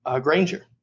Granger